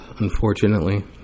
Unfortunately